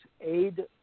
aid